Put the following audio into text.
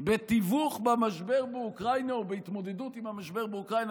בתיווך במשבר באוקראינה או בהתמודדות עם המשבר באוקראינה,